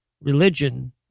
religion